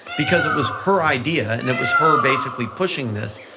because it was her idea and it was her basically pushing this,